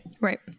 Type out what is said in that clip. right